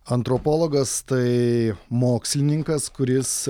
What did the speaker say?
antropologas tai mokslininkas kuris